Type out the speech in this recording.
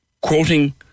quoting